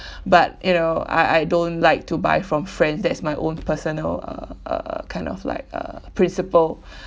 but you know I I don't like to buy from friends that's my own personal uh uh uh kind of like uh principle